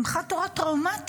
שמחת תורה טראומטית.